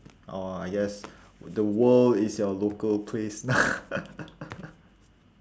or I guess the world is your local place now